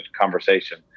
conversation